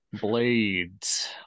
Blades